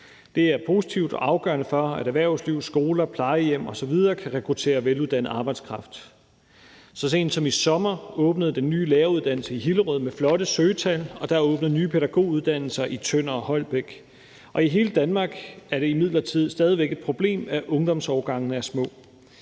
Det er positivt og afgørende for, at erhvervsliv, skoler, plejehjem osv. kan rekruttere veluddannet arbejdskraft. Så sent som i sommer åbnede den nye læreruddannelse i Hillerød med flotte søgetal, og der er åbnet nye pædagoguddannelser i Tønder og Holbæk. I hele Danmark er det imidlertid stadig væk et problem, at ungdomsårgangene er små.